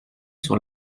sur